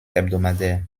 hebdomadaire